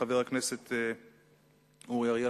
חבר הכנסת אורי אריאל,